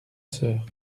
sœur